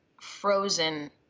frozen